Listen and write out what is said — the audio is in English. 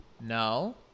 No